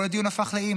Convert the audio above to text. כל הדיון הפך לאם